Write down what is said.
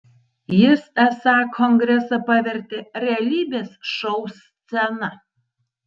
jis esą kongresą pavertė realybės šou scena